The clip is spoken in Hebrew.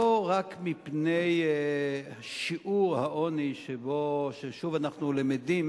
לא רק מפני שיעור העוני, ששוב אנחנו למדים